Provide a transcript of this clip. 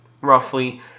roughly